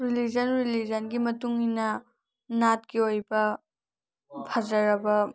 religion ꯔꯤꯂꯤꯖꯟꯒꯤ ꯃꯇꯨꯡ ꯏꯟꯅ ꯅꯥꯠꯀꯤ ꯑꯣꯏꯕ ꯐꯖꯔꯕ